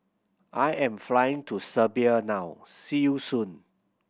I am flying to Serbia now see you soon